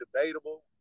debatable